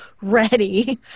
ready